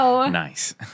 Nice